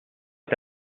est